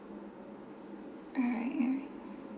alright alright